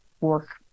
work